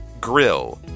GRILL